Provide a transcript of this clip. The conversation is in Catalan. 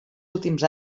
últims